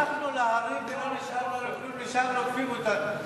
ברחנו להרים כי לא נשאר לנו כלום, השאר, אותנו.